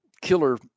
killer